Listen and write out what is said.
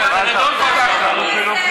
עבודה ורווחה.